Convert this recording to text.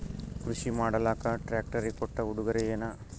ಕೃಷಿ ಮಾಡಲಾಕ ಟ್ರಾಕ್ಟರಿ ಕೊಟ್ಟ ಉಡುಗೊರೆಯೇನ?